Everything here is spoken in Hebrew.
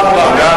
תודה רבה.